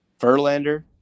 Verlander